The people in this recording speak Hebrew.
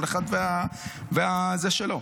כל אחד והזה שלו.